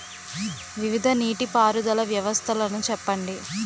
వివిధ నీటి పారుదల వ్యవస్థలను చెప్పండి?